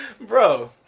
bro